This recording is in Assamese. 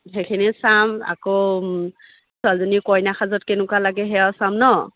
সেইখিনি চাম আকৌ ছোৱালীজনী কইনা সাজত কেনেকুৱা লাগে সেয়াও চাম ন